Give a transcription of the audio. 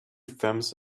thumbs